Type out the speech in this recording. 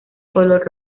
color